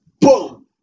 boom